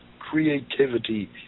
creativity